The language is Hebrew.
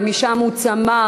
ומשם הוא צמח,